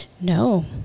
No